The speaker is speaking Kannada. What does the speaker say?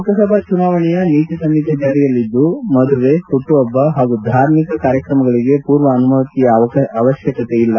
ಲೋಕಸಭಾ ಚುನಾವಣೆಯ ನೀತಿ ಸಂಹಿತೆ ಜಾರಿಯಲ್ಲಿದ್ದು ಮದುವೆ ಹುಟ್ಟು ಹಬ್ಬ ಹಾಗೂ ಧಾರ್ಮಿಕ ಕಾರ್ಯಕ್ರಮಗಳಿಗೆ ಪೂರ್ವ ಅನುಮತಿ ಅವಶ್ಯಕತೆ ಇಲ್ಲ